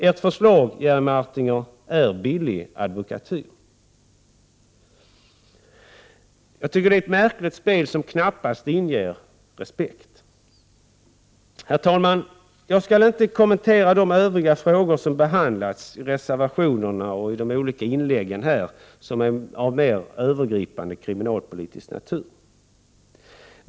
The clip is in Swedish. Ert förslag, Jerry Martinger, är billig advokatyr. Jag tycker att det är ett märkligt spel, som knappast inger respekt. Herr talman! Jag skall inte kommentera de övriga frågor av mer övergripande kriminalpolitisk natur som behandlas i reservationerna och som tagits upp i de olika inläggen här.